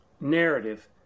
narrative